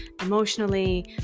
emotionally